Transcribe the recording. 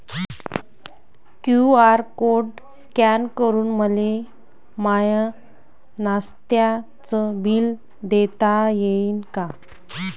QR code scan करून मले माय नास्त्याच बिल देता येईन का?